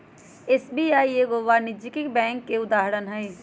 SBI एगो वाणिज्यिक bank के उदाहरण हइ